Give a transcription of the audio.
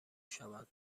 شوند